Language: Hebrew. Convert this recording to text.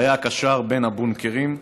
והיה קשָר בין הבונקרים.